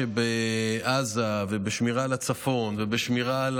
כשבעזה ובשמירה על הצפון ובשמירה על